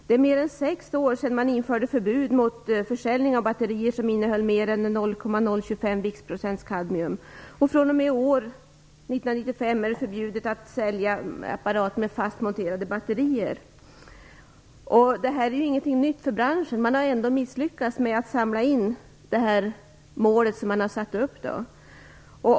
Det är mer än sex år sedan som man införde förbud mot försäljning av batterier som innehåller mer än 0,025 viktsprocent kadmium, och fr.o.m. år 1995 är det förbjudet att sälja apparat med fast monterade batterier. Det är inte fråga om något nytt för branschen, men den har ändå misslyckats med det insamlingsmål som man har satt upp.